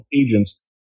agents